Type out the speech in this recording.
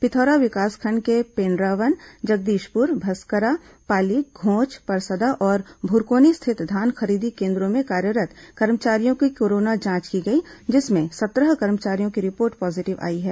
पिथौरा विकासखंड के पेण्ड्रावन जगदीशपुर भस्करा पाली घोंच परसदा और भूरकोनी स्थित धान खरीदी केन्द्रों में कार्यरत् कर्मचारियों की कोरोना जांच की गई जिसमें सत्रह कर्मचारियों की रिपोर्ट पॉजीटिव आई है